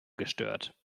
gestört